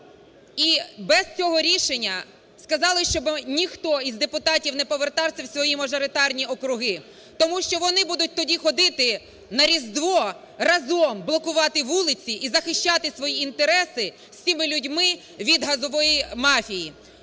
і без цього рішення… сказали, щоб ніхто із депутатів не повертався в свої мажоритарні круги, тому що вони будуть тоді ходити на Різдво, разом блокувати вулиці і захищати свої інтереси з цими людьми від газової мафії.